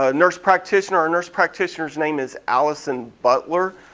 ah nurse practitioner, our nurse practitioner's name is alison butler.